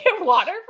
water